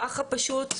ככה פשוט,